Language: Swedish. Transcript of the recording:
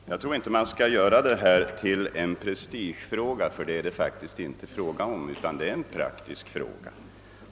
Herr talman! Jag tycker inte man skall göra detta till en prestigefråga. ty det är det faktiskt inte, utan det är en praktisk fråga.